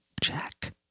Jack